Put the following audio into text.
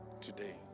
today